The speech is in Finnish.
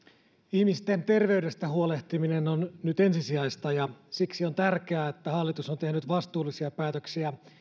ihmisten terveydestä huolehtiminen on nyt ensisijaista ja siksi on tärkeää että hallitus on tehnyt vastuullisia päätöksiä